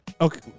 Okay